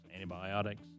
antibiotics